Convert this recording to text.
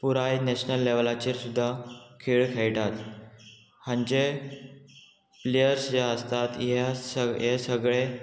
पुराय नॅशनल लेवलाचेर सुद्दां खेळ खेळटात हांचे प्लेयर्स जे आसतात ह्या हे सगळे